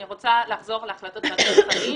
אני רוצה לחזור להחלטות ועדת השרים,